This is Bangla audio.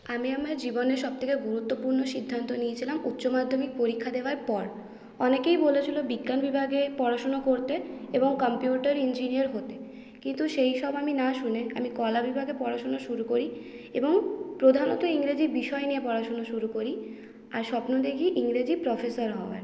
আমি আমার জীবনের সবথেকে গুরুত্বপূর্ণ সিদ্ধান্ত নিয়েছিলাম উচ্চ মাধ্যমিক পরীক্ষা দেওয়ার পর অনেকেই বলেছিল বিজ্ঞান বিভাগে পড়াশোনা করতে এবং কাম্পিউটার ইঞ্জিনিয়ার হতে কিন্তু সেই সব আমি না শুনে আমি কলা বিভাগে পড়াশুনো শুরু করি এবং প্রধানত ইংরেজি বিষয় নিয়ে পড়াশুনো শুরু করি আর স্বপ্ন দেখি ইংরেজি প্রফেসার হওয়ার